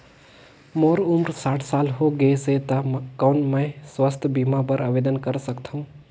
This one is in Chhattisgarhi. मोर उम्र साठ साल हो गे से त कौन मैं स्वास्थ बीमा बर आवेदन कर सकथव?